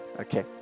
Okay